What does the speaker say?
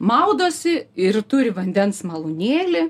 maudosi ir turi vandens malūnėlį